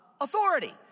authority